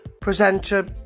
presenter